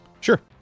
Sure